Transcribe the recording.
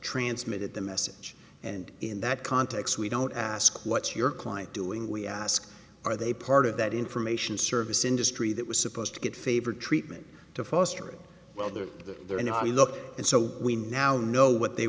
transmitted the message and in that context we don't ask what's your client doing we ask are they part of that information service industry that was supposed to get favored treatment to fostering well they're there and i looked and so we now know what they